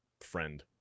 friend